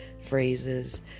phrases